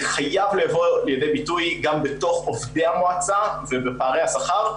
חייב לבוא לידי ביטוי גם בתוך עובדי המועצה ובפערי השכר,